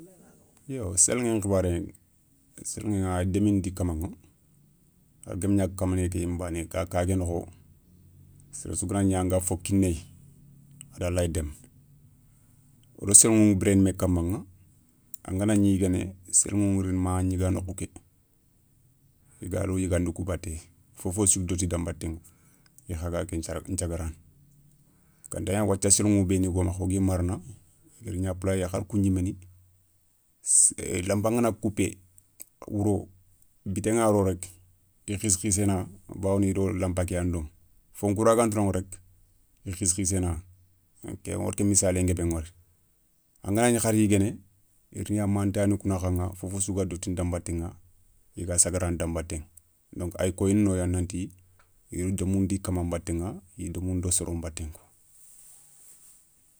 Yo seliηe nxibareηa, seliηe ay demini di kamaηa har gama gna keme. Nke yimme bane ka ke noxo sere sou gana ñi anga fo kineye a da laye démé wo do seliηu ηa bireene me kamaηa angana ñi yiguéné séliηu ηa riini ma a ñiga nokhou ké i gado yigandu ku batté fofo sou ga dotti dan batté i kha ga ken sagarana. Ganta ña wathia séliηu beenou go makha wo gui marana i da gna poulayé gna har kou ñiméni lampa ngana koupé wouro biten gana ro rek i khissi khisséna. Bawoni i do lampa ké ya ndomi fon khoura ganta noηa rek i khissi khisséna woda ken missalen guebe wori. Anga na ñi hara yiguene i riina mantaani kou nakhaa, fofo sou ga dotini dan nbatéηa i ga sagarana dan baté donc ay koyi noya nanti i ya domini di kaman nbaté i yi domini do soro